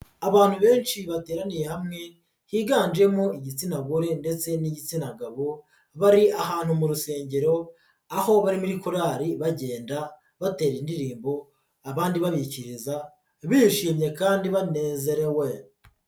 Abantu benshi bateraniye hamwe higanjemo igitsina gore ndetse n'igitsina gabo bari ahantu mu rusengero aho bari muri korari bagenda batera indirimbo abandi babikiriza bishimye kandi banezerewe.